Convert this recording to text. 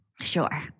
Sure